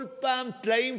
כל פעם טלאים,